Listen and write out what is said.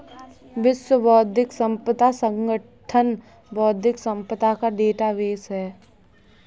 विश्व बौद्धिक संपदा संगठन बौद्धिक संपदा का डेटाबेस है